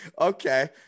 Okay